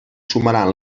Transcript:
sumaran